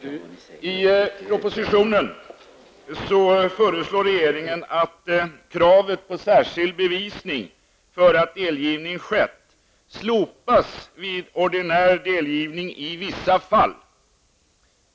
I propositionen föreslår regeringen att kravet på särskild bevisning för att delgivning har skett slopas vid ordinär delgivning i vissa fall.